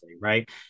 Right